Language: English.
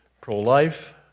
pro-life